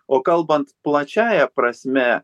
o kalbant plačiąja prasme